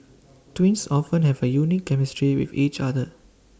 twins often have A unique chemistry with each other